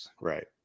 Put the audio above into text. Right